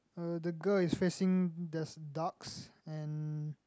uh the girl is facing there's ducks and